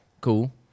Cool